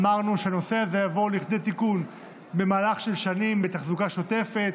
אמרנו שהנושא הזה יבוא לכדי תיקון במהלך של שנים בתחזוקה שוטפת